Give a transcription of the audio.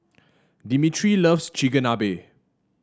Dimitri loves Chigenabe